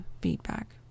feedback